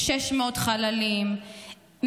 600 חללים,